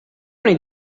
many